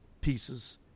pieces